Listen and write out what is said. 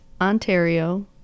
Ontario